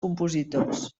compositors